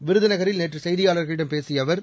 விருதுநகரில் நேற்று செய்தியாளர்களிடம் பேசிய அவர்